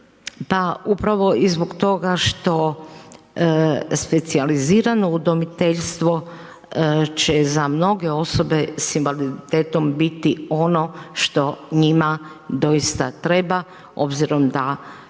upravo i zbog toga što specijalizirano udomiteljstvo će za mnoge osobe s invaliditetom biti ono što njima doista treba obzirom da